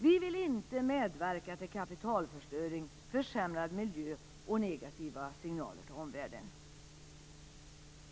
Vi vill inte medverka till kapitalförstöring, försämrad miljö och negativa signaler till omvärlden.